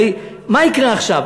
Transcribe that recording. הרי מה יקרה עכשיו?